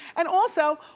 and also,